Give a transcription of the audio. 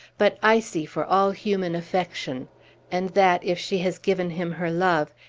but icy for all human affection and that, if she has given him her love,